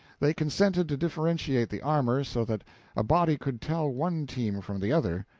they consented to differentiate the armor so that a body could tell one team from the other,